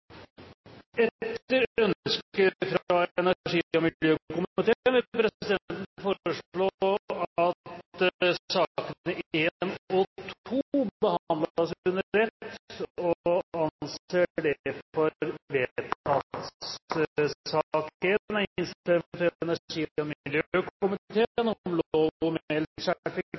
Etter ønske fra energi- og miljøkomiteen vil presidenten foreslå at sakene nr. 1 og 2 behandles under ett – og anser det